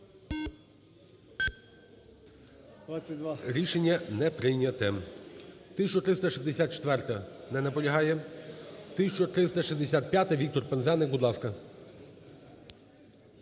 Рішення не прийняте. 1364-а. Не наполягає. 1365-а. Віктор Пинзеник, будь ласка.